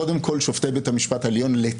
קודם כול שופטי בית המשפט העליון, לצערי,